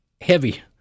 heavy